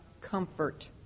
comfort